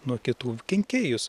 nuo kitų kenkėjus